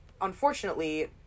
unfortunately